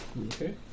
okay